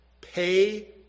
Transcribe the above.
pay